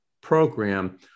program